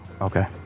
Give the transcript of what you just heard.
Okay